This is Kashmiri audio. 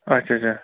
آچھا آچھا